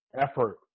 effort